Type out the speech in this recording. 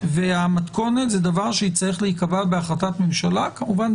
והמתכונת זה דבר שיצטרך להיקבע בהחלטת ממשלה כמובן,